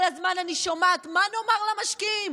כל הזמן אני שומעת: מה נאמר למשקיעים?